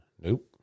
Nope